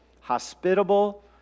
hospitable